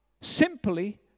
simply